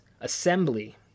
Assembly